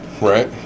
Right